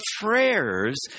prayers